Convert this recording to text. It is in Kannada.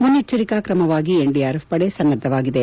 ಮನ್ನೆಚ್ಚರಿಕೆ ಕ್ರಮವಾಗಿ ಎನ್ಡಿಆರ್ಎಫ್ ಪಡೆ ಸನ್ನದ್ದವಾಗಿದೆ